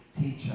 teacher